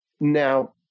Now